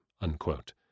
unquote